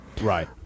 Right